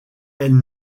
elles